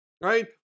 Right